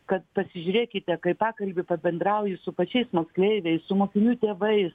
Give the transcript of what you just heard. kad pasižiūrėkite kai pakalbi pabendrauji su pačiais moksleiviais su mokinių tėvais